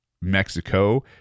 Mexico